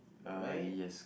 right